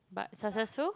but successful